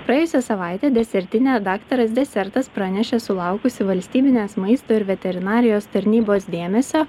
praėjusią savaitę desertinė daktaras desertas pranešė sulaukusi valstybinės maisto ir veterinarijos tarnybos dėmesio